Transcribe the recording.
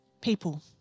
people